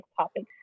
topics